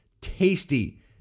tasty